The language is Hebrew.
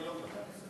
אני לא, ?